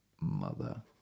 mother